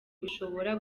bishobora